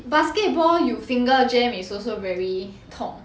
basketball you finger jam is also very 痛